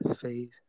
phase